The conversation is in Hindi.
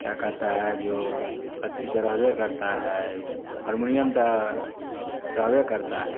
क्या कहता है उ जो अथी तो रहबे करता है उ हरमुनियम तो रहबे करता है